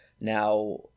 now